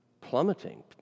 Plummeting